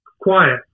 quiet